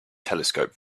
telescope